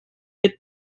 get